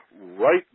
right